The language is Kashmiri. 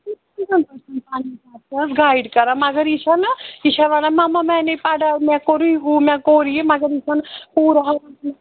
گایِڈ کران مگر یہِ چھا نہ یہِ چھا وَنان مَما میں نے پَڑا مےٚ کوٚرے ہُہ مےٚ کوٚر یہِ مگر یہِ چھَ نہٕ پوٗرٕ